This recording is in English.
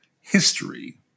history